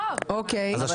אז מה?